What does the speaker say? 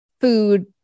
food